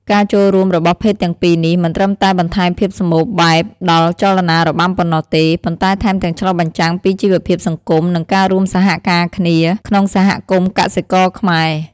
ការចូលរួមរបស់ភេទទាំងពីរនេះ មិនត្រឹមតែបន្ថែមភាពសម្បូរបែបដល់ចលនារបាំប៉ុណ្ណោះទេ ប៉ុន្តែថែមទាំងឆ្លុះបញ្ចាំងពីជីវភាពសង្គម និងការរួមសហការគ្នាក្នុងសហគមន៍កសិករខ្មែរ។